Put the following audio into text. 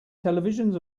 televisions